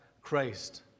Christ